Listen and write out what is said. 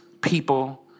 people